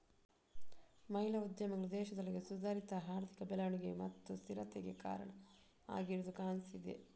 ಮಹಿಳಾ ಉದ್ಯಮಿಗಳು ದೇಶದೊಳಗೆ ಸುಧಾರಿತ ಆರ್ಥಿಕ ಬೆಳವಣಿಗೆ ಮತ್ತು ಸ್ಥಿರತೆಗೆ ಕಾರಣ ಆಗಿರುದು ಕಾಣ್ತಿದೆ